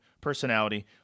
personality